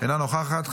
אינה נוכחת,